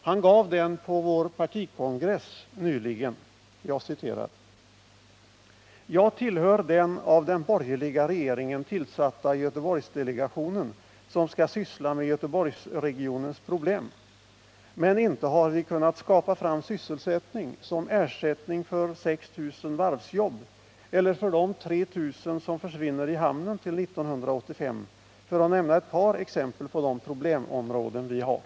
Han gav den på vår partikongress nyligen: ”Jag tillhör den av den borgerliga regeringen tillsatta Göteborgsdelegationen som skall syssla med Göteborgsregionens problem. Men inte har vi kunnat skapa fram sysselsättning som ersättning för 6 000 varvsjobb eller för de 3 000 som försvinner i hamnen till 1985, för att nämna ett par exempel på de problemområden vi har.